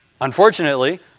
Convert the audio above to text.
unfortunately